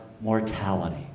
mortality